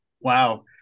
Wow